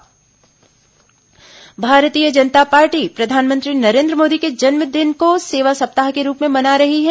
भाजपा सेवा सप्ताह भारतीय जनता पार्टी प्रधानमंत्री नरेन्द्र मोदी के जन्मदिन को सेवा सप्ताह के रूप में मना रही है